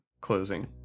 closing